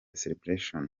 celebration